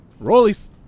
Rollies